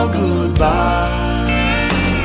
goodbye